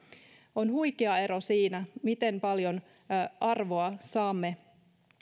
on huikea ero siinä miten paljon arvoa saamme